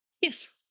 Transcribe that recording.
yes